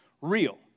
real